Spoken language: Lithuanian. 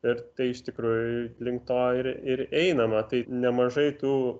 ir tai iš tikrųjų link to ir ir einama tai nemažai tų